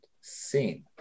scene